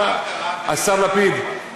השר לפיד,